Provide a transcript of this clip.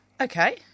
Okay